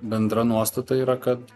bendra nuostata yra kad